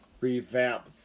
revamp